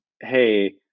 Hey